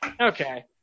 Okay